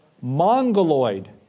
Mongoloid